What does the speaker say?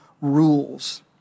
rules